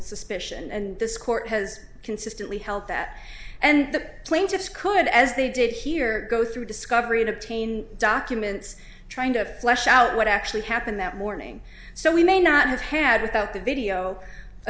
suspicion and this court has consistently helped that and the plaintiffs could as they did here go through discovery and obtain documents trying to flesh out what actually happened that morning so we may not have had without the video a